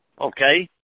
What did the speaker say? Okay